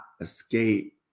escape